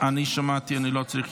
--- אני שמעתי, אני לא צריך.